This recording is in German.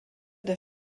der